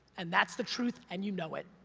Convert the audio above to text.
and that's the truth and you know it.